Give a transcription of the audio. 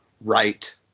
right